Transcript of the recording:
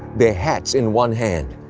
their hats in one hand,